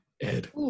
Ed